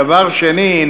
דבר שני,